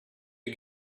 you